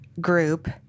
group